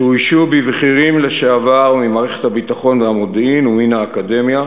שאוישו בבכירים לשעבר ממערכת הביטחון והמודיעין ומן האקדמיה,